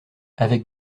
avec